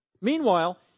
Meanwhile